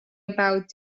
about